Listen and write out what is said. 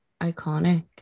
iconic